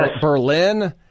Berlin